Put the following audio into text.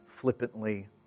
flippantly